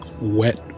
wet